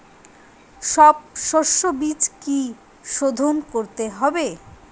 সব শষ্যবীজ কি সোধন করতে হবে?